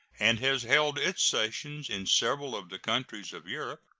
and has held its sessions in several of the countries of europe.